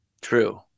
True